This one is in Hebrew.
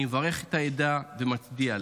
אני מברך את העדה ומצדיע לה.